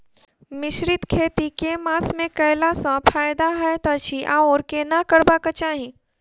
मिश्रित खेती केँ मास मे कैला सँ फायदा हएत अछि आओर केना करबाक चाहि?